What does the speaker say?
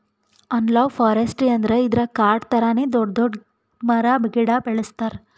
analogue forestry ಅಂದ್ರ ಇದ್ರಾಗ್ ಕಾಡ್ ಥರಾನೇ ದೊಡ್ಡ್ ದೊಡ್ಡ್ ಮರ ಗಿಡ ಬೆಳಸ್ತಾರ್